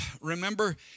remember